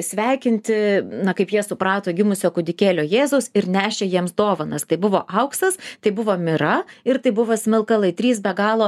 sveikinti na kaip jie suprato gimusio kūdikėlio jėzaus ir nešė jiems dovanas tai buvo auksas tai buvo mira ir tai buvo smilkalai trys be galo